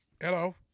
Hello